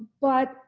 but